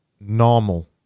normal